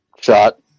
shot